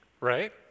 Right